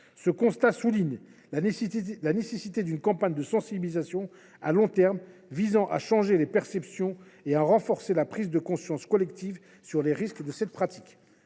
Ce constat souligne la nécessité d’une campagne de sensibilisation de long terme, visant à changer les perceptions et à renforcer la prise de conscience collective sur les risques de cette pratique.